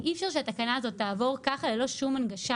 אי אפשר שהתקנה הזאת תעבור כך ללא כל הנגשה,